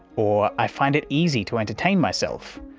or i find it easy to entertain myself.